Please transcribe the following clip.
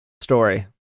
story